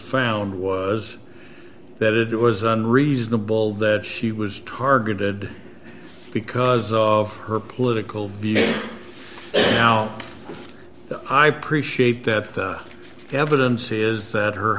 found was that it was unreasonable that she was targeted because of her political views now i appreciate that evidence is that her